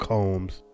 Combs